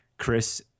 Chris